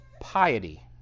piety